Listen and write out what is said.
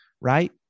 right